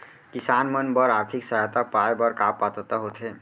किसान मन बर आर्थिक सहायता पाय बर का पात्रता होथे?